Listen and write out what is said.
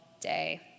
day